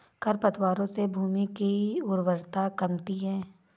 खरपतवारों से भूमि की उर्वरता कमती है